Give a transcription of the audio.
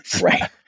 right